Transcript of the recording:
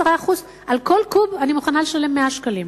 על כל קוב אני מוכנה לשלם 100 שקלים.